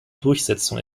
durchsetzung